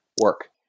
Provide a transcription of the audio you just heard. work